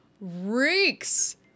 reeks